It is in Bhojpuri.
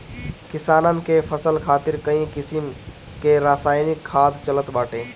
किसानन के फसल खातिर कई किसिम कअ रासायनिक खाद चलत बाटे